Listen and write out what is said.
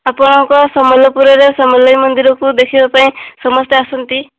ଆପଣଙ୍କ ସମ୍ବଲପୁରରେ ସମଲେଇ ମନ୍ଦିରକୁ ଦେଖିବା ପାଇଁ ସମସ୍ତେ ଆସନ୍ତି